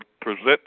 present